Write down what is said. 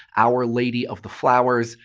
our lady of the flowers,